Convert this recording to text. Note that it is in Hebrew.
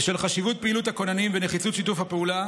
בשל חשיבות פעילות הכוננים ונחיצות שיתוף הפעולה